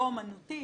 לא אמנותית,